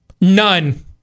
None